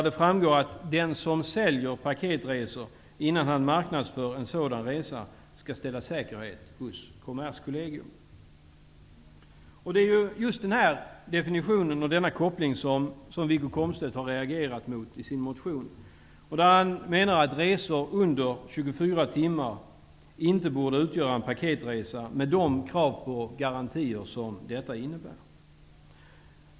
Det framgår att innan man börjar marknadsföra en paketresa som man säljer skall man ställa säkerhet hos Det är just denna definition och denna koppling som Wiggo Komstedt har reagerat mot i sin motion. Han menar att resor under 24 timmar inte borde utgöra paketresor med de krav på garantier som det innebär.